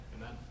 Amen